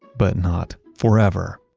but not forever.